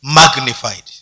magnified